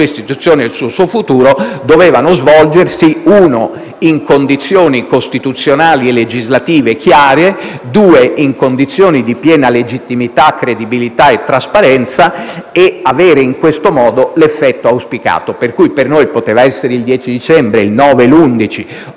ritenevamo che queste dovessero svolgersi in condizioni costituzionali e legislative chiare e in condizioni di piena legittimità, credibilità e trasparenza, per avere in questo modo l'effetto auspicato. Per cui per noi poteva essere il 10 dicembre, ma anche il 9, l'11 o